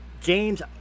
James